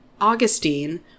Augustine